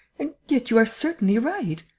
and yet you are certainly right.